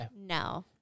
No